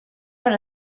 per